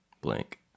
blank